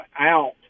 out